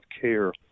care